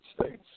States